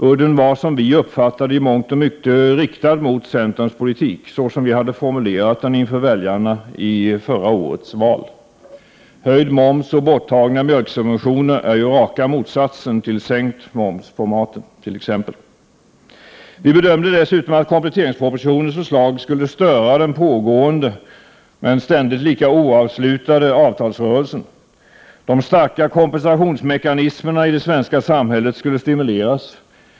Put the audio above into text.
Udden var, som vi uppfattade det, i mångt och mycket riktad mot centerns politik — så som vi hade formulerat den inför väljarna i 1988 års val. Höjd moms och borttagna mjölksubventioner är ju raka motsatsen till sänkt moms på maten t.ex. Vi bedömde dessutom att kompletteringspropositionens förslag skulle störa den pågående, men ständigt lika oavslutade, avtalsrörelsen. De starka kompensationsmekanismerna i det svenska samhället skulle stimuleras.